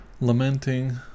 lamenting